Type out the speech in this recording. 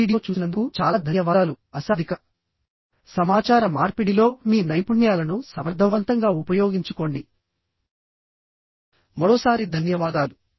ఈ వీడియో చూసినందుకు చాలా ధన్యవాదాలుఅశాబ్దిక సమాచార మార్పిడిలో మీ నైపుణ్యాలను సమర్థవంతంగా ఉపయోగించుకోండి మరోసారి ధన్యవాదాలు